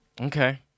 Okay